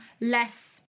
less